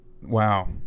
wow